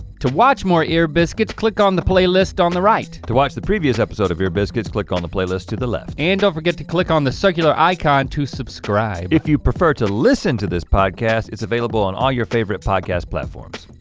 to watch more ear biscuits, click on the playlist on the right. to watch the previous episode of ear biscuits, click on the playlist to the left. and don't forget to click on the circular icon to subscribe. if you prefer to listen to this podcast, it's available on all your favorite podcast platforms.